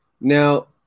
Now